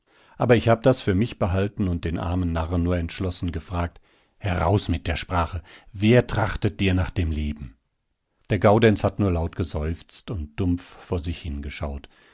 aber ich hab das für mich behalten und den armen narren nur entschlossen gefragt heraus mit der sprache wer trachtet dir nach dem leben der gaudenz hat nur laut geseufzt und dumpf vor sich hingeschaut